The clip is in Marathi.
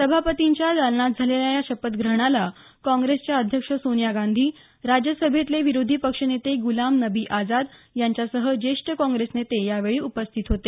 सभापतींच्या दालनात झालेल्या या शपथग्रहणाला काँग्रेसच्या अध्यक्ष सोनिया गांधी राज्यसभेतले विरोधी पक्षनेते गुलाम नबी आझाद यांच्यासह ज्येष्ठ काँग्रेस नेते उपस्थित होते